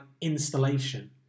installation